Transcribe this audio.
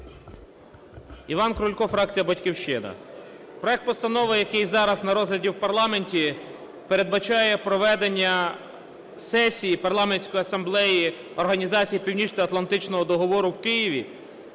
Іван Крулько, фракція "Батьківщина". Проект постанови, який зараз на розгляді в парламенті, передбачає проведення сесії Парламентської асамблеї Організації Північноатлантичного договору в Києві